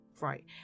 Right